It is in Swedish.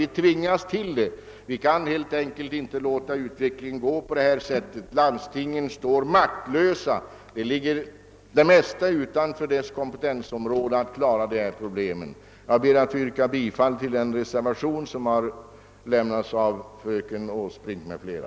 Vi tvingas till det — vi kan helt enkelt inte låta utvecklingen fortgå på detta sätt. Landstingen står maktlösa; de flesta av problemen ligger utanför landstingens kompetensområde. Jag yrkar bifall till reservationen av fröken Åsbrink m.fl.